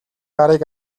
гарыг